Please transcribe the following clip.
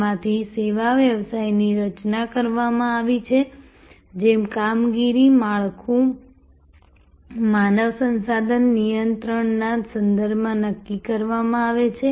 જેમાંથી સેવા વ્યવસાયની રચના કરવામાં આવી છે જે કામગીરી માળખું માનવ સંસાધન નિયંત્રણના સંદર્ભમાં નક્કી કરવામાં આવે છે